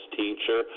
teacher